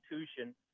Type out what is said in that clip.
institution